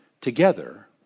together